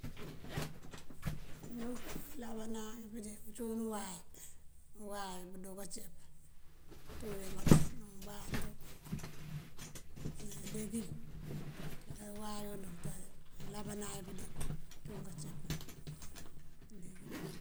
Ngëënko këëlábana bëënjak cuwun uway, uway kúundoo káceep. Kunţú uyámënţ ní umbantú, ní elegum. Këënjá uwayund nţári, und lábaana pënde cíiwun káceep.